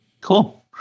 Cool